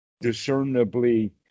discernibly